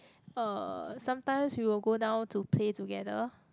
uh sometimes we will go down to play together